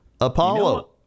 Apollo